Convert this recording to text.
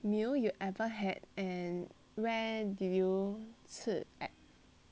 meal you ever had and where did you 吃 at